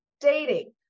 dating